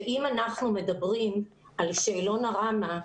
אם אנחנו מדברים על שאלון הראמ"ה,